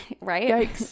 Right